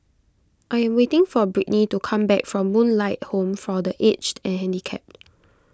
I am waiting for Britni to come back from Moonlight Home for the Aged and Handicapped